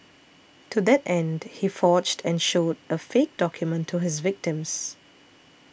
to that end he forged and showed a fake document to his victims